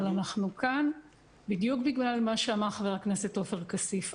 אבל אנחנו כאן בדיוק בגלל מה שאמר חבר הכנסת עופר כסיף.